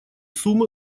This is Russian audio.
суммы